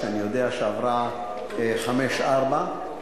שאני יודע שעברה חמש ארבע,